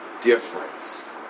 difference